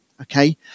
Okay